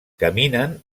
caminen